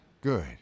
good